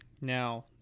now